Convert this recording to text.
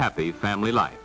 happy family life